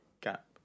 Gap